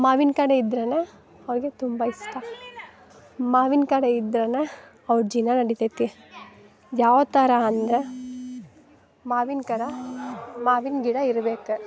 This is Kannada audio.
ಮಾವಿನ ಕಡೆ ಇದ್ರನ ಅವ್ರ್ಗೆ ತುಂಬ ಇಷ್ಟ ಮಾವಿನ ಕಡೆ ಇದ್ರನ ಅವ್ರ ಜೀವನ ನಡಿತೈತಿ ಯಾವ ಥರ ಅಂದ್ರೆ ಮಾವಿನ ಕರ ಮಾವಿನ ಗಿಡ ಇರ್ಬೇಕು